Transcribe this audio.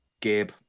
Gabe